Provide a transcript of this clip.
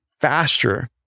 faster